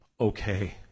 Okay